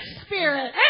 spirit